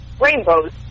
rainbows